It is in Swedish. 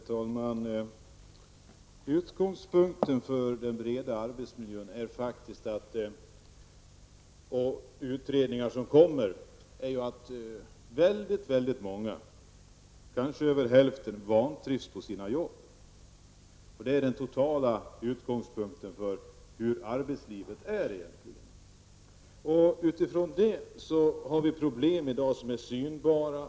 Herr talman! Utgångspunkten för den breda arbetsmiljön och de utredningar som kommer är att många människor, kanske över hälften, vantrivs på sina arbeten. Det är den totala utgångspunkten för hur arbetslivet egentligen är. Utifrån detta har vi i dag synbara problem.